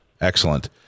Excellent